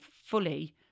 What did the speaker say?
fully